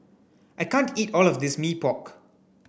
I can't eat all of this Mee Pok